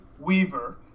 Weaver